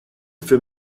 für